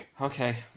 Okay